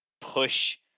push